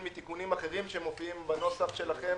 מתיקונים אחרים שמופיעים בנוסח שלכם,